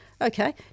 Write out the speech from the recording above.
Okay